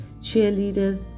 cheerleaders